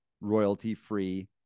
royalty-free